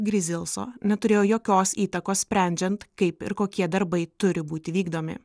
grizilso neturėjo jokios įtakos sprendžiant kaip ir kokie darbai turi būti vykdomi